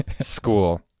school